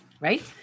right